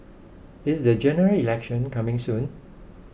is the General Election coming soon